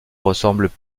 ressemblent